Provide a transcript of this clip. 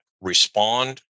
respond